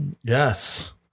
Yes